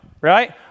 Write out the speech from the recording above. right